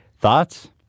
Thoughts